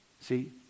See